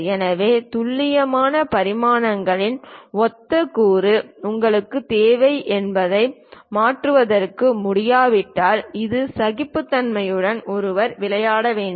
எனவே துல்லியமான பரிமாணங்களின் ஒத்த கூறு உங்களுக்குத் தேவை என்பதை மாற்றுவதற்கு முடியாவிட்டால் இந்த சகிப்புத்தன்மையுடன் ஒருவர் விளையாட வேண்டும்